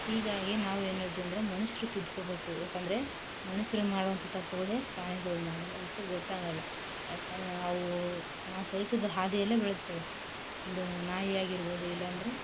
ಹೀಗಾಗಿ ನಾವು ಏನೇಳ್ತೀವಿ ಅಂದರೆ ಮನುಷ್ರು ತಿದ್ಕೊಬೇಕು ಯಾಕೆಂದ್ರೆ ಮನುಷ್ರು ಮಾಡುವಂಥ ತಪ್ಪುಗಳೇ ಪ್ರಾಣಿಗಳು ಮಾಡೋದು ಅವ್ಕೆ ಗೊತ್ತಾಗೋಲ್ಲ ಯಾಕೆಂದ್ರೆ ಅವು ನಾವು ಕಳ್ಸಿದ್ದು ಹಾದಿಯಲ್ಲೇ ಬೆಳಿತವೆ ಒಂದು ನಾಯಿ ಆಗಿರಬೌದು ಇಲ್ಲಂದ್ರೆ